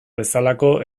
bezalako